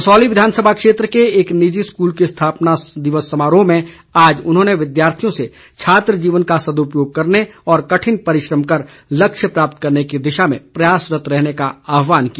कसौली विधानसभा क्षेत्र के एक निजी स्कूल के स्थापना दिवस समारोह में आज उन्होंने विद्यार्थियों से छात्र जीवन का सद्दपयोग करने और कठिन परिश्रम कर लक्ष्य प्राप्त करने की दिशा में प्रयासरत रहने का आहवान किया